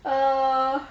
err